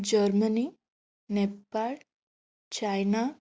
Germany Nepal China